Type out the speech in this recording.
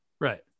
Right